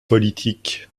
politique